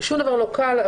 שום דבר לא קל,